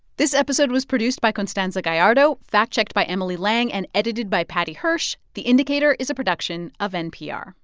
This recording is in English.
this episode was produced by constanza gallardo, fact-checked by emily lang and edited by paddy hirsch. the indicator is a production of npr